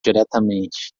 diretamente